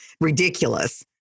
ridiculous